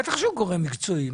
בטח שהוא גורם מקצועי.